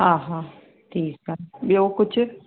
हा हा ठीकु आहे ॿियो कुझु